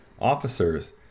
officers